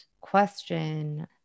question